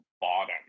bottom